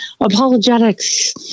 Apologetics